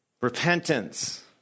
repentance